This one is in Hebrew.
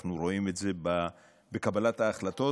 אנחנו רואים את זה בקבלת ההחלטות,